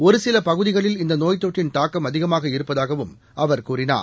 ஒருசிலபகுதிகளில் இந்தநோய் தொற்றின் தாக்கம் அதிகமாக இருப்பதாகவும் அவர் கூறினார்